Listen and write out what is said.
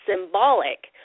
symbolic